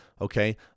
okay